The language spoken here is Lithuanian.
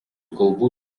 kalbų